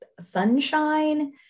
sunshine